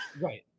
right